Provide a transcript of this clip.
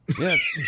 Yes